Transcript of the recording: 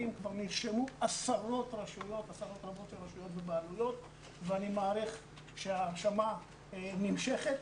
עשרות רבות של רשויות ובעלויות ואני מעריך שההרשמה נמשכת,